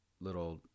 little